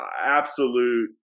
absolute